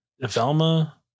Velma